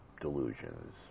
delusions